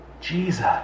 Jesus